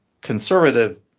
conservative